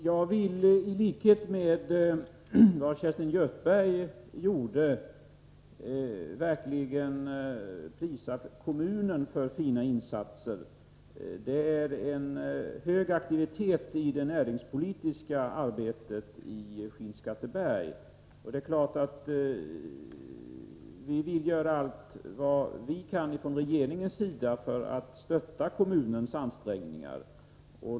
Herr talman! Jag vill, i likhet med Kerstin Göthberg, verkligen prisa kommunen för fina insatser. Det är en hög aktivitet i det näringspolitiska arbetet i Skinnskatteberg. Det är klart att vi vill göra allt vad vi kan från regeringens sida för att stötta kommunens ansträngningar.